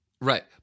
Right